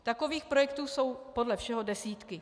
Takových projektů jsou podle všeho desítky.